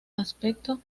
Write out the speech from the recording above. aspecto